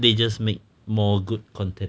they just make more good content